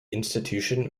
institution